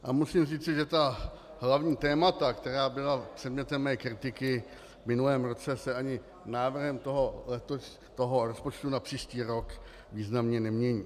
A musím říci, že hlavní témata, která byla předmětem mé kritiky v minulém roce, se ani návrhem toho rozpočtu na příští rok významně nemění.